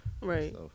right